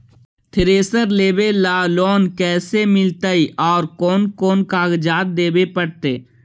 Thresher लेबे ल loan कैसे मिलतइ और कोन कोन कागज देबे पड़तै?